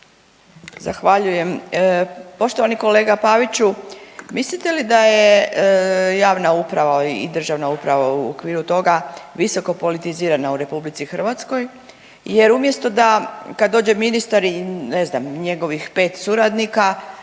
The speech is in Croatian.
(Nezavisni)** Poštovani kolega Paviću mislite li da je javna uprava i državna uprava u okviru toga visoko politizirana u RH jer umjesto da kad dođe ministar i ne znam njegovih 5 suradnika,